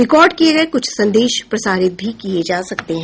record किए गए कुछ संदेश प्रसारित भी किए जा सकते हैं